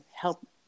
help